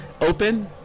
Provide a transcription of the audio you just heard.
open